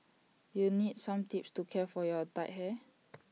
you need some tips to care for your dyed hair